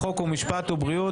חוק ומשפט וועדת הבריאות: